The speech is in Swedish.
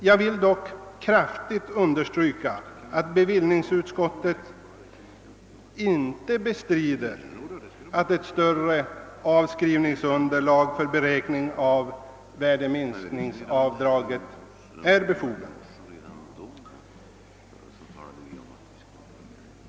Jag vill dock kraftigt understryka att bevillningsutskottets ma Joritet inte bestrider att ett större avskrivningsunderlag för beräkning av värdeminskningsavdraget är befogat.